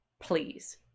please